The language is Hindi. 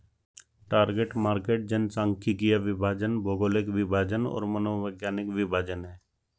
टारगेट मार्केट जनसांख्यिकीय विभाजन, भौगोलिक विभाजन और मनोवैज्ञानिक विभाजन हैं